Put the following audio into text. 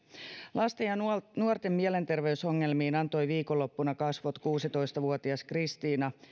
lasten ja nuorten nuorten mielenterveysongelmiin antoi viikonloppuna kasvot kuusitoista vuotias kristiina